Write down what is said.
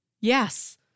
yes